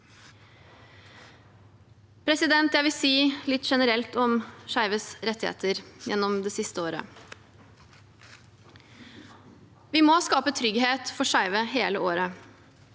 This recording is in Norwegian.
som vårt. Jeg vil si litt generelt om skeives rettigheter gjennom det siste året. Vi må skape trygghet for skeive hele året,